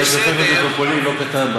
מטרופולין לא קטנה,